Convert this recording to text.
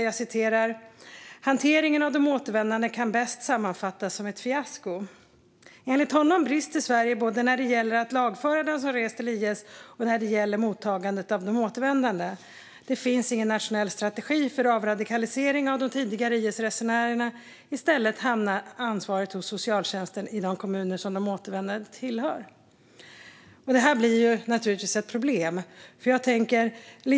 Han säger att hanteringen av de återvändande bäst kan sammanfattas som ett fiasko. Enligt honom brister Sverige både när det gäller att lagföra dem som rest till IS och när det gäller mottagandet av de återvändande. Det finns ingen nationell strategi för avradikalisering av de tidigare IS-resenärerna, utan i stället hamnar ansvaret hos socialtjänsten i de kommuner som de återvändande tillhör. Detta blir naturligtvis ett problem.